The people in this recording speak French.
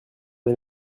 les